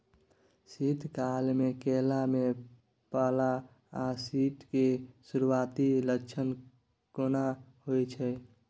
शीत काल में केला में पाला आ कीट के सुरूआती लक्षण केना हौय छै?